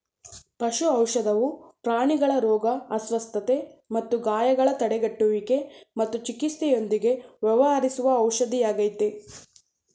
ಪಶು ಔಷಧವು ಪ್ರಾಣಿಗಳ ರೋಗ ಅಸ್ವಸ್ಥತೆ ಮತ್ತು ಗಾಯಗಳ ತಡೆಗಟ್ಟುವಿಕೆ ಮತ್ತು ಚಿಕಿತ್ಸೆಯೊಂದಿಗೆ ವ್ಯವಹರಿಸುವ ಔಷಧಿಯಾಗಯ್ತೆ